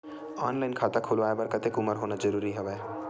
Online खाता खुलवाय बर कतेक उमर होना जरूरी हवय?